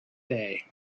day